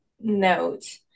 note